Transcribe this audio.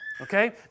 Okay